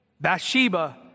Bathsheba